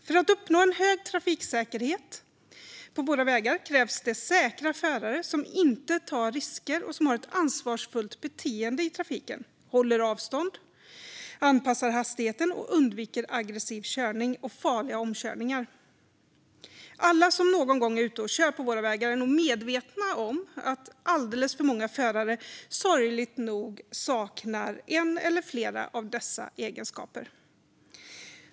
För att uppnå en hög trafiksäkerhet på våra vägar krävs det säkra förare som inte tar risker och som har ett ansvarsfullt beteende i trafiken, håller avstånd, anpassar hastigheten och undviker aggressiv körning och farliga omkörningar. Alla som någon gång är ute och kör på våra vägar är nog medvetna om att alldeles för många förare sorgligt nog saknar en eller flera av dessa egenskaper.